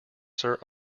sir